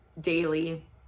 daily